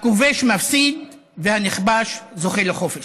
הכובש מפסיד והנכבש זוכה לחופש.